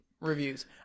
reviews